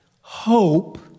hope